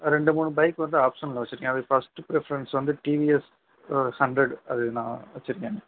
ரெண்டு மூணு பைக் வந்து ஆப்ஷனில் வெச்சிருக்கேன் அதில் ஃபஸ்ட்டு ப்ரிஃபரன்ஸ் வந்து டிவிஎஸ் ஹண்ட்ரட் அது நான் வெச்சிருக்கேன்